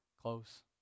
close